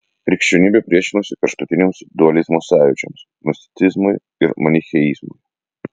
krikščionybė priešinosi kraštutiniams dualizmo sąjūdžiams gnosticizmui ir manicheizmui